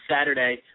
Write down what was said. Saturday